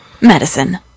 medicine